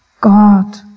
God